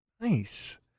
Nice